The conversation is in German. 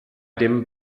dem